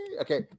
Okay